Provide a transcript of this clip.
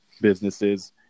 businesses